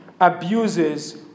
Abuses